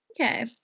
Okay